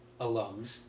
alums